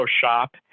shop